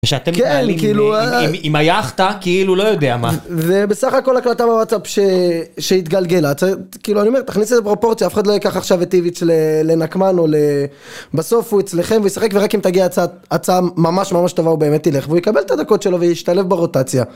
ושאתם כן כאילו מתנהלים עם היכטה כאילו לא יודע מה. ובסך הכל הקלטה בוואטסאפ שהתגלגלה. כאילו אני אומר, תכניס את הפרופורציה, אף אחד לא יקח עכשיו את טיוויץ' לנקמן או ל..בסוף, הוא אצלכם והוא ישחק ורק אם תגיע הצעה ממש ממש טובה הוא באמת ילך והוא יקבל את הדקות שלו והיא ישתלב ברוטציה.